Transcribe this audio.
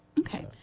Okay